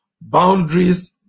boundaries